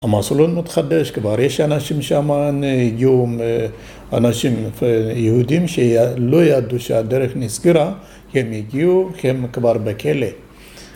המסלול מתחדש כבר, יש אנשים שם, הגיעו אנשים יהודים שלא ידעו שהדרך נסגרה, הם הגיעו, הם כבר בכלא